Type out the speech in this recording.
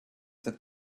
that